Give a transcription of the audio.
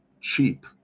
cheap